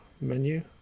menu